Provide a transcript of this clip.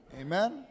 amen